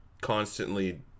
constantly